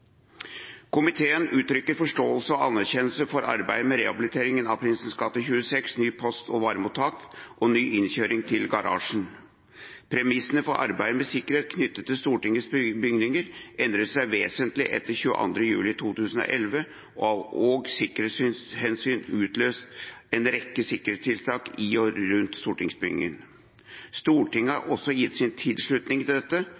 Komiteen uttrykker forståelse og anerkjennelse for arbeidet med rehabiliteringen av Prinsens gate 26, nytt post- og varemottak og ny innkjøring til garasjen. Premissene for arbeidet med sikkerhet knyttet til Stortingets bygninger endret seg vesentlig etter 22. juli 2011, og sikkerhetshensyn utløste en rekke sikkerhetstiltak i og rundt stortingsbygningen. Stortinget har også gitt sin tilslutning til dette